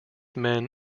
men